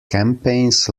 campaigns